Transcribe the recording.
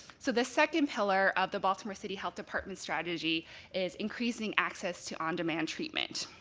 so the second pillar of the baltimore city health department strategy is increasing access to on demand treatment.